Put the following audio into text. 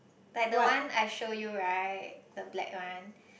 like the one I show you right the black one